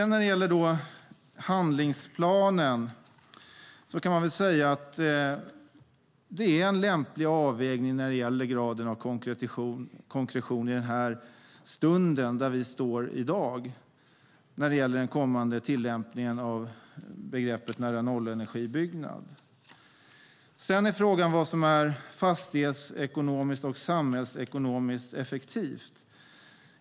När det gäller handlingsplanen är det en lämplig avvägning av graden av konkretion i den stund vi står i dag för den kommande tillämpningen av begreppet nära-nollenergibyggnad. Sedan är frågan vad som är fastighetsekonomiskt och samhällsekonomiskt effektivt.